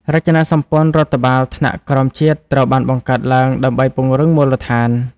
រចនាសម្ព័ន្ធរដ្ឋបាលថ្នាក់ក្រោមជាតិត្រូវបានបង្កើតឡើងដើម្បីពង្រឹងមូលដ្ឋាន។